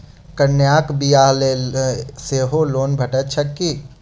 कन्याक बियाह लेल सेहो लोन भेटैत छैक की?